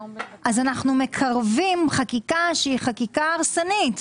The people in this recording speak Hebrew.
אנחנו מקרבים חקיקה שהיא חקיקה הרסנית.